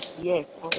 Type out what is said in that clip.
yes